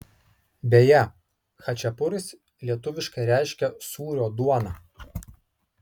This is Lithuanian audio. beje chačiapuris lietuviškai reiškia sūrio duoną